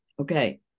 okay